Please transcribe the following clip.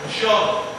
תרשום.